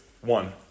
One